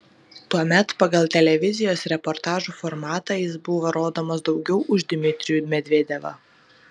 tuomet pagal televizijos reportažų formatą jis buvo rodomas daugiau už dmitrijų medvedevą